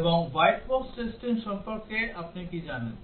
এবং white box testing সম্পর্কে আপনি কি জানেন